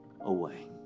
away